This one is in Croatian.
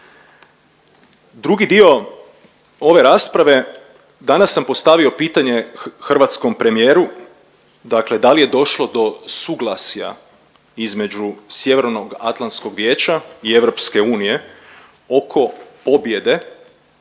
Drugi dio ove rasprave danas sam postavio pitanje hrvatskom premijeru, dakle da li je došlo do suglasja između Sjevernoatlantskog vijeća i EU oko pobjede,